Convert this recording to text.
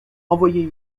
renvoyée